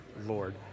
Lord